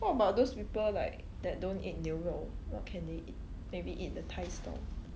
what about those people like that don't eat 牛肉 what can they eat maybe eat the thai stall